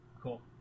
cool